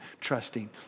Trusting